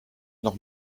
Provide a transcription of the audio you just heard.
noch